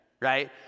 right